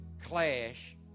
clash